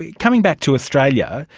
yeah coming back to australia,